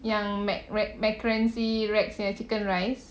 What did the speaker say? yang mac~ rac~ mackenzie rex yang chicken rice